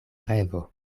revo